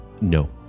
No